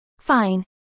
fine